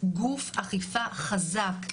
גוף אכיפה חזק,